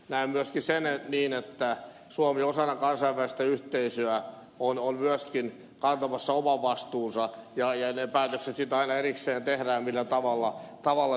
näen myöskin sen niin että suomi osana kansainvälistä yhteisöä on myöskin kantamassa oman vastuunsa ja ne päätökset sitten aina erikseen tehdään millä tavalla osallistutaan